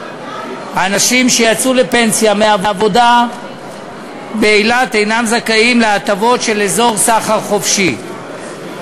אנשים שיצאו לפנסיה מהעבודה באילת אינם זכאים להטבות של אזור סחר חופשי,